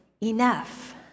enough